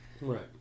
Right